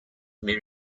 may